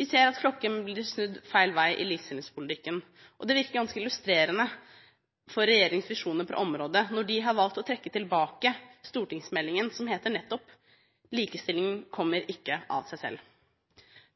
Vi ser at klokken blir snudd feil vei i likestillingspolitikken, og det virker ganske illustrerende for regjeringens visjoner på området når de har valgt å trekke tilbake stortingsmeldingen som heter nettopp Likestilling kommer ikke av seg selv.